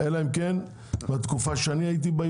אלא אם כן המצב השתפר עכשיו לעומת מה שהוא היה כשאני הייתי בעירייה.